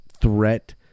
threat